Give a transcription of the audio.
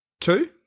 two